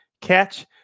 catch